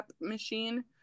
machine